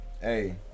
hey